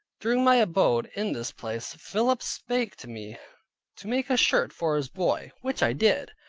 during my abode in this place, philip spake to me to make a shirt for his boy, which i did,